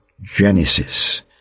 Genesis